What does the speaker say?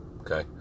okay